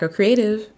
Creative